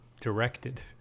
directed